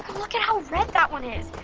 look at how red that one is!